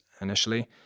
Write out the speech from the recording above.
initially